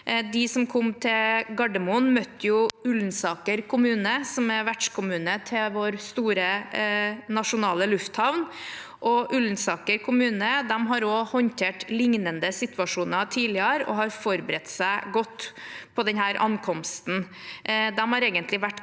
De som kom til Gardermoen, møtte Ullensaker kommune, som er vertskommune til vår store nasjonale lufthavn. Ullensaker kommune har håndtert lignende situasjoner tidligere og har forberedt seg godt på denne ankomsten.